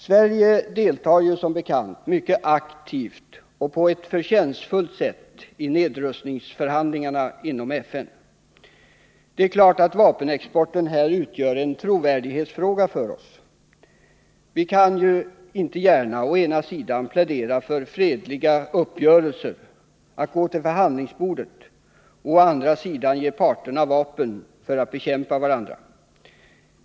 Sverige deltar som bekant mycket aktivt och på ett förtjänstfullt sätt i nedrustningsförhandlingarna inom FN. Det är klart att vapenexporten i det sammanhanget utgör en trovärdighetsfråga för oss. Vi kan inte gärna å ena sidan plädera för fredliga uppgörelser och för att gå till förhandlingsbordet och å andra sidan ge parterna vapen för att bekämpa varandra.